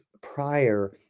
prior